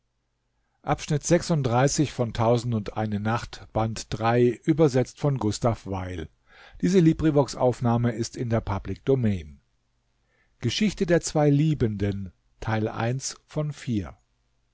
der zwei liebenden